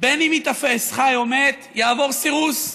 בין אם שייתפס חי או מת, יעבור סירוס.